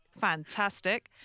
fantastic